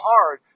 hard